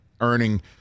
earning